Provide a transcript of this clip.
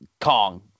Kong